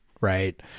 right